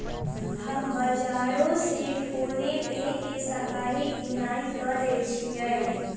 हम बजारो से फोनेपे के सहारे किनाई क लेईछियइ